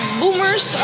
boomers